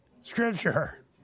Scripture